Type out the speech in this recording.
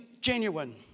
genuine